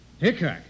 Hickok